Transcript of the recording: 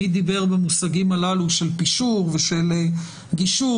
מי דיבר במושגים הללו של פישור ושל גישור